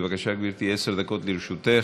בבקשה, גברתי, עשר דקות לרשותך.